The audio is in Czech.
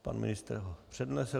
Pan ministr ho přednesl.